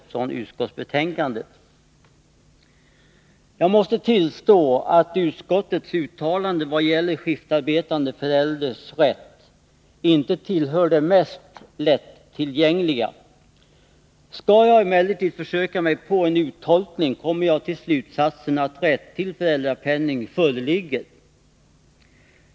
Jag måste tillstå att utskottets uttalande i vad gäller skiftarbetande förälders rätt inte tillhör det mest lättillgängliga. Skall jag emellertid försöka mig på en uttolkning, kommer jag till slutsatsen att rätt till föräldrapenning föreligger.